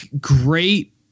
great